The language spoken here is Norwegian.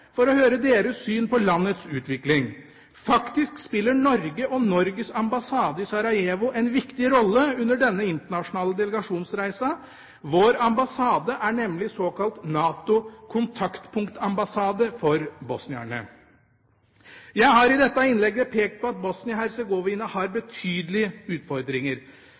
for å høre deres syn på landets utvikling. Faktisk spiller Norge og Norges ambassade i Sarajevo en viktig rolle under denne internasjonale delegasjonsreisen. Vår ambassade er nemlig såkalt NATO-kontaktpunktambassade for bosnierne. Jeg har i dette innlegget pekt på at Bosnia-Hercegovina har betydelige utfordringer.